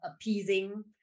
appeasing